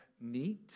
neat